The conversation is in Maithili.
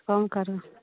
कम करू